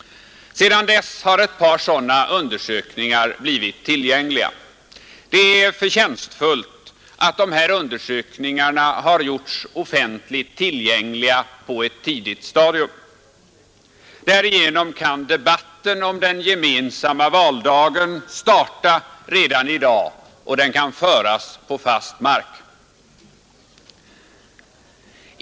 Sedan dess har ett par sådana undersökningar blivit tillgängliga. Det är förtjänstfullt att dessa undersökningar har gjorts offentligt tillgängliga på ett så tidigt stadium. Därigenom kan debatten om den gemensamma valdagen starta redan i dag, och den kan föras på fast mark.